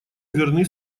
верны